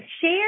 Share